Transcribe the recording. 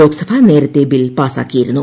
ലോക്സഭ നേരത്തെ ബിൽ പാസാക്കിയിരുന്നു